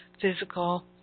physical